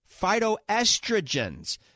Phytoestrogens